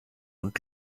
und